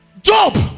Job